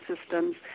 systems